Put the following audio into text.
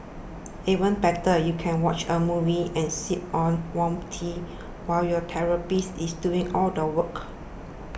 even better you can watch a movie and sip on warm tea while your therapist is doing all the work